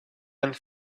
and